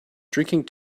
drinking